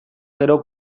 gero